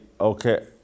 okay